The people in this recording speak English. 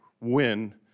win